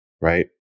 right